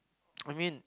I mean